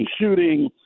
shooting